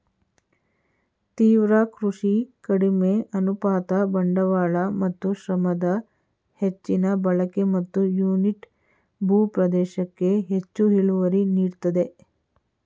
ತೀವ್ರ ಕೃಷಿ ಕಡಿಮೆ ಅನುಪಾತ ಬಂಡವಾಳ ಮತ್ತು ಶ್ರಮದ ಹೆಚ್ಚಿನ ಬಳಕೆ ಮತ್ತು ಯೂನಿಟ್ ಭೂ ಪ್ರದೇಶಕ್ಕೆ ಹೆಚ್ಚು ಇಳುವರಿ ನೀಡ್ತದೆ